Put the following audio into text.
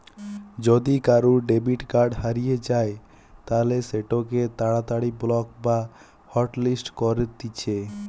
যদি কারুর debit card হারিয়ে যায় তালে সেটোকে তাড়াতাড়ি ব্লক বা হটলিস্ট করতিছে